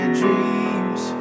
dreams